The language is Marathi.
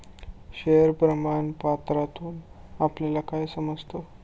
शेअर प्रमाण पत्रातून आपल्याला काय समजतं?